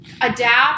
adapt